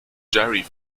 jerry